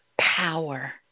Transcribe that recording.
power